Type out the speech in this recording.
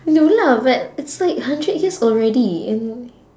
no lah but it's like hundred years already and